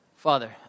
Father